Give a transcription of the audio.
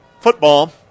Football